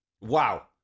Wow